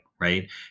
right